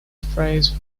phrase